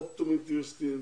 אופטומטריסטים,